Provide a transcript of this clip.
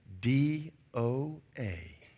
D-O-A